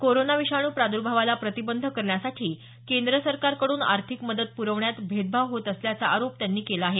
corona विषाणू प्रादर्भावाला प्रतिबंध करण्यासाठी केंद्र सरकारकडून आर्थिक मदत प्रवण्यात भेदभाव होत असल्याचा आरोप त्यांनी केला आहे